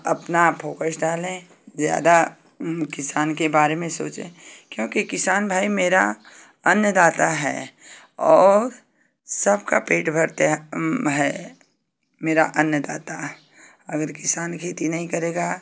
अपना फोकस डालें ज़्यादा किसान के बारे में सोचें क्योंकि किसान भाई मेरा अन्नदाता है और सबका पेट भरते हैं हैं मेरा अन्नदाता है अगर किसान खेती नहीं करेगा